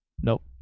Nope